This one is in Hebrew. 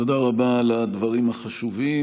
תודה רבה על הדברים החשובים.